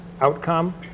outcome